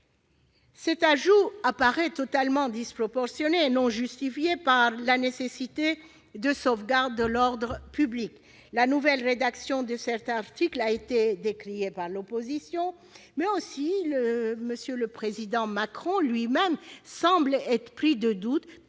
Cet ajout apparaît totalement disproportionné et non justifié par la nécessité de sauvegarder l'ordre public. La nouvelle rédaction de l'article 2 a été décriée par l'opposition, et le président Macron semble lui-même pris de doutes,